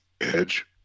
edge